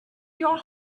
your